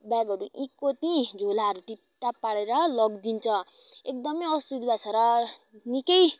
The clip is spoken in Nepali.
ब्यागहरू यहीँ को त्यहीँ झोलाहरू टिपटाप पारेर लगिदिन्छ एकदमै असुविधा छ र निकै